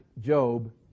Job